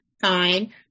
fine